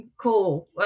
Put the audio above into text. cool